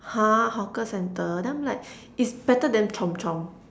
!huh! hawker centre then I'm like it's better than chomp-chomp